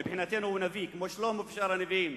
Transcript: מבחינתנו הוא נביא, כמו שלמה ושאר הנביאים.